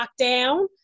lockdown